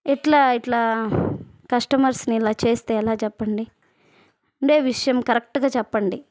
ఎట్లా ఇట్లా కస్టమర్స్ని ఇలా చేస్తే ఎలా చెప్పండి ఉండే విషయం కరెక్ట్గా చెప్పండి